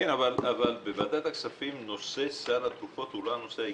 אבל בוועדת הכספים נושא סל התרופות הוא לא הנושא העיקרי.